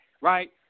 right